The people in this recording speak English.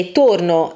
torno